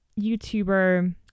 YouTuber